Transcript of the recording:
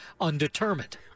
undetermined